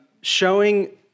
Showing